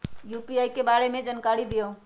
UPI के बारे में जानकारी दियौ?